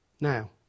now